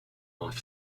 off